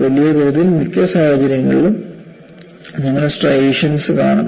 വലിയതോതിൽ മിക്ക സാഹചര്യങ്ങളിലും നിങ്ങൾ സ്ട്രൈയേഷൻസ് കാണുന്നു